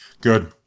Good